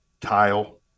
tile